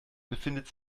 befindet